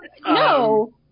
No